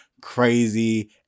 Crazy